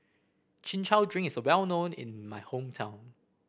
Chin Chow Drink is well known in my hometown